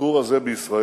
הביקור הזה בישראל,